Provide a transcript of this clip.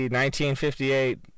1958